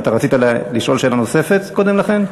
אתה רצית לשאול שאלה נוספת קודם לכן?